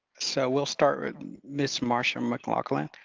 so we'll start with ms. marsha mclaughlin,